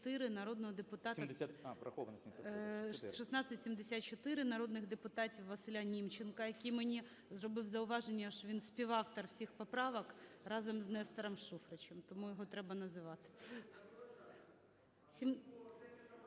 народного депутата… 1674 народних депутатів ВасиляНімченка, який мені зробив зауваження, що він співавтор всіх поправок разом з Нестором Шуфричем, тому його треба називати.